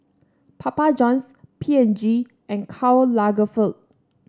Papa Johns P and G and Karl Lagerfeld